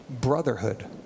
brotherhood